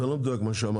זה לא מדויק מה שאמרת,